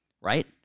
right